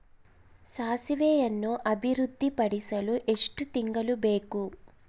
ಸಾಸಿವೆಯನ್ನು ಅಭಿವೃದ್ಧಿಪಡಿಸಲು ಎಷ್ಟು ತಿಂಗಳು ಬೇಕು?